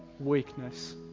Weakness